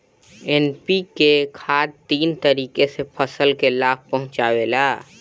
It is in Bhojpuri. एन.पी.के खाद तीन तरीके से फसल के लाभ पहुंचावेला